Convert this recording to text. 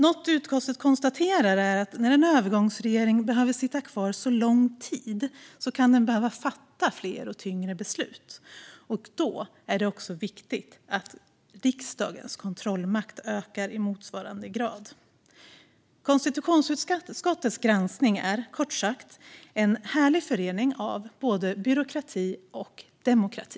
Något som utskottet konstaterar är att när en övergångsregering behöver sitta kvar så lång tid kan den behöva fatta fler och tyngre beslut. Då är det också viktigt att riksdagens kontrollmakt ökar i motsvarande grad. Konstitutionsutskottets granskning är, kort sagt, en härlig förening av både byråkrati och demokrati.